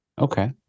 Okay